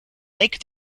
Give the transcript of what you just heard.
lake